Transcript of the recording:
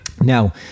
Now